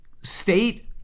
state